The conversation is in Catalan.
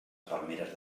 palmeres